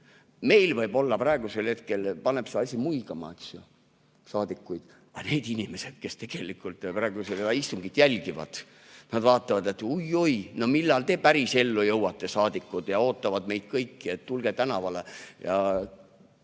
meil võib-olla praegusel hetkel paneb see asi saadikuid muigama. Aga need inimesed, kes praegu istungit jälgivad, vaatavad, et oi-oi, no millal te pärisellu jõuate, saadikud, ja ootavad meid kõiki, et tulge tänavale,